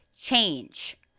change